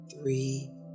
three